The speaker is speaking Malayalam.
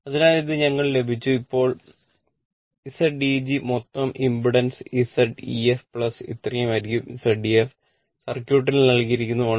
അതിനാൽ ഇത് ഞങ്ങൾക്ക് ലഭിച്ചു ഇപ്പോൾ Zeg മൊത്തം ഇംപെഡൻസ് Z ef ഇത്രയും ആയിരിക്കും Z ef സർക്യൂട്ട്ൽ നൽകിയിരിക്കുന്നു 1